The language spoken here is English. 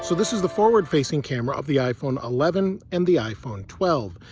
so this is the forward facing camera of the iphone eleven and the iphone twelve.